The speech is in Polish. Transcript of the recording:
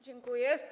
Dziękuję.